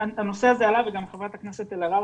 הנושא הזה עלה וגם חברת הכנסת אלהרר